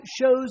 shows